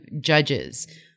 judges